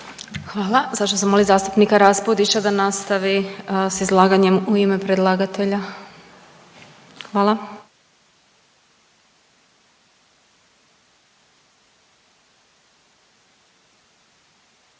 Hvala. Sad ću zamolit zastupnika Rasupdića da nastavi s izlaganjem u ime predlagatelja. Hvala.